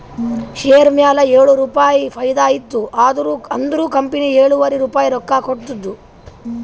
share ಮ್ಯಾಲ ಏಳು ರುಪಾಯಿ ಫೈದಾ ಇತ್ತು ಅಂದುರ್ ಕಂಪನಿ ಎಳುವರಿ ರುಪಾಯಿ ರೊಕ್ಕಾ ಕೊಡ್ತುದ್